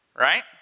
right